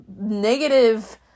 negative